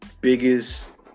biggest